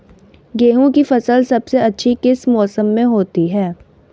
गेंहू की फसल सबसे अच्छी किस मौसम में होती है?